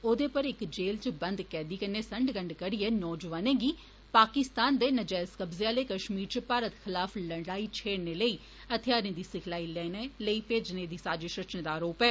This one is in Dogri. ओह्दे पर इक जेलै च बंद कैदी कन्नै संडगंड करियै नौजुआनेंगी पाकिस्तान दे नजैज कब्जे आले कष्मीर च भारत खलाफ लड़ाई छेड़ने लेई थेआरें दी सिखलाई लैने लेई भेजने दी साजष रचने दा अरोप ऐ